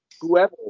whoever